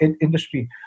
industry